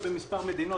מיכל שיר,